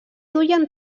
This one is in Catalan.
duien